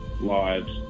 lives